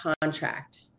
contract